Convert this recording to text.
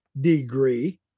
degree